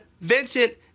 Vincent